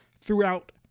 throughout